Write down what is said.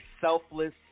selfless